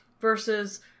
versus